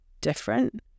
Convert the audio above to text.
different